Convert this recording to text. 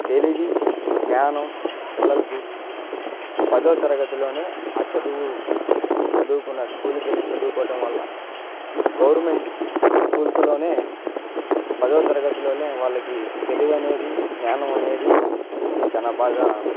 తెలివి జ్ఞానం పిల్లలకి పదో తరగతిలోనే ఆ చదువు చదువుకున్న స్కూలుకు వెళ్ళి చదువుకోవడం వల్ల గవర్నమెంట్ స్కూల్స్లోనే పదో తరగతిలోనే వాళ్ళకి తెలివనేది జ్ఞానమనేది చాలా బాగా